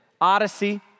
Odyssey